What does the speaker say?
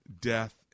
death